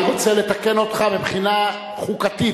אני רוצה לתקן אותך מבחינה חוקתית,